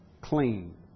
clean